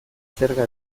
zerga